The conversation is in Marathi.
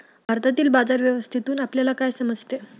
भारतातील बाजार व्यवस्थेतून आपल्याला काय समजते?